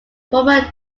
former